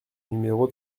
numéro